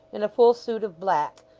in a full suit of black,